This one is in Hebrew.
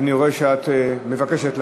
אני רואה שאת מבקשת לענות.